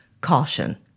Caution